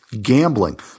gambling